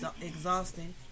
exhausting